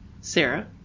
Sarah